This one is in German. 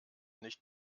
nicht